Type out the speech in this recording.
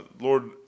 Lord